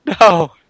No